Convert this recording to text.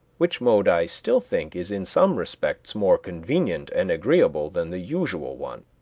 which mode i still think is in some respects more convenient and agreeable than the usual one.